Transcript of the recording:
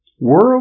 World